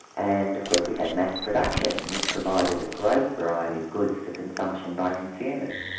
and of course we had mass production, and this provided a great variety of goods for consumption by consumers.